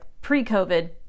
pre-covid